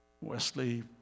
Wesley